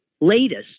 latest